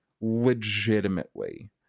legitimately